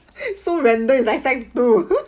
so random it's like sec two